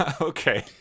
okay